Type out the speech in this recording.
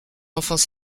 enfants